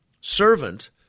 Servant